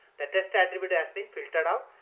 the test attribute has been filtered out,